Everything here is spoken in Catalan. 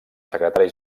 secretari